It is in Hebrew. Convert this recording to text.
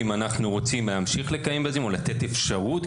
אנחנו רוצים להמשיך לקיים בזום או לתת אפשרות,